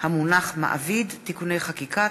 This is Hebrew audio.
המונח מעביד (תיקוני חקיקה),